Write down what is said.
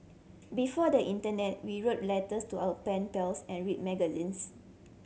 before the internet we wrote letters to our pen pals and read magazines